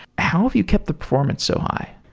how have you kept the performance so high?